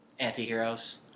antiheroes